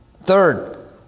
Third